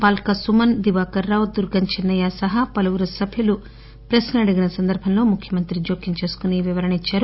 Balka Suman Diwakar Rao Durgam Chinnaiah సహా పలువురు సభ్యులు ప్రక్నలు అడిగిన సందర్బంలో ముఖ్యమంత్రి బోక్యం చేసుకుని ఈ వివరణ ఇచ్చారు